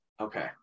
Okay